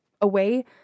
away